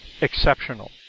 exceptional